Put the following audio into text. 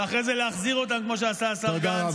ואחרי זה להחזיר אותם, כמו שעשה השר גנץ.